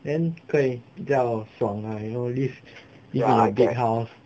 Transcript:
then 可以比较爽啦 you know live in a big house